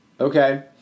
Okay